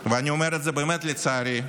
ואני אומר את זה באמת לצערי,